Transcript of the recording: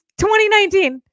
2019